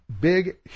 big